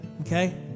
okay